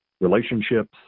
relationships